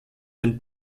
den